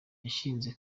yashinze